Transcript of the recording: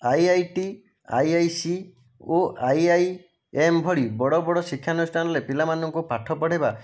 I I T I I C ଓ I I M ଭଳି ବଡ଼ ବଡ଼ ଶିକ୍ଷାନୁଷ୍ଠାନଲେ ପିଲାମାନଙ୍କୁ ପାଠ ପଢ଼ାଇବା